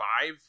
five